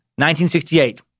1968